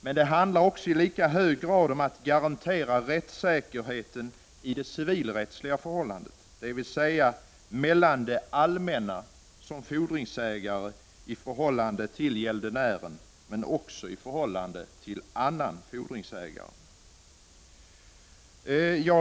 Men det handlar å andra sidan i lika hög grad om att garantera rättssäkerheten i det civilrättsliga förhållandet, dvs. mellan det allmänna som fordringsägare och gäldenären men också det allmännas förhållande till annan fordringsägare.